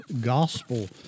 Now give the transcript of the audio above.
gospel